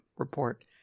report